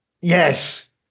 Yes